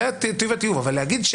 אבל להגיד: